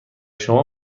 شما